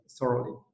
thoroughly